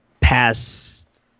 past